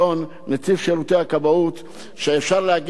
נכון שהוא נכנס לתפקידו לפני שנה בערך,